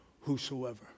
whosoever